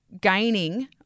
gaining